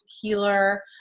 healer